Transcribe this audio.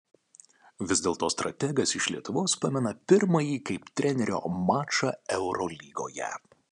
vis dėlto strategas iš lietuvos pamena pirmąjį kaip trenerio mačą eurolygoje